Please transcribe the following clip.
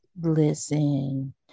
Listen